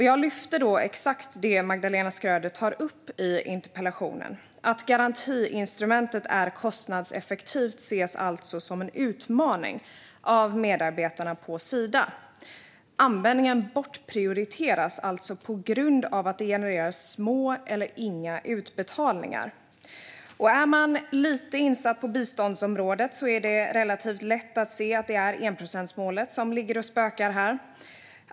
Jag lyfte då exakt det Magdalena Schröder tar upp i interpellationen, nämligen att det faktum att garantiinstrumentet är kostnadseffektivt alltså ses som en utmaning av medarbetarna på Sida. Användningen bortprioriteras på grund av att det genererar små eller inga utbetalningar. Är man lite insatt på biståndsområdet är det relativt lätt att se att det är enprocentsmålet som ligger och spökar här.